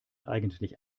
eigentlich